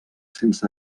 sense